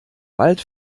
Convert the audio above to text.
bald